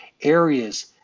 areas